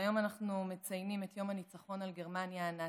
והיום אנחנו מציינים את יום הניצחון על גרמניה הנאצית.